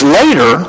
later